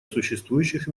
существующих